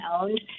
owned